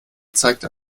zeigt